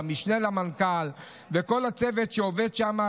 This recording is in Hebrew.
המשנה למנכ"ל וכל הצוות שעובד שם.